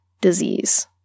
disease